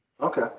Okay